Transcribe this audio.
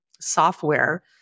software